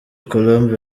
colombe